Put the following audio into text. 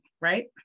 right